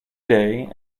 day